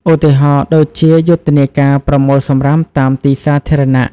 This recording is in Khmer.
ឧទាហរណ៍ ដូចជាយុទ្ធនាការប្រមូលសំរាមតាមទីសាធារណៈ។